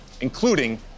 including